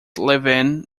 levin